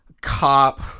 cop